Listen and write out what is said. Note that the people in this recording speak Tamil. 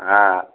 ஆ